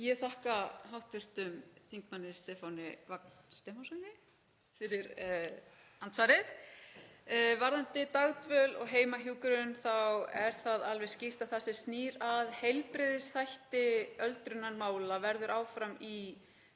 Ég þakka hv. þm. Stefáni Vagni Stefánssyni fyrir andsvarið. Varðandi dagdvöl og heimahjúkrun þá er það alveg skýrt að það sem snýr að heilbrigðisþætti öldrunarmála verður áfram í